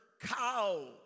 cow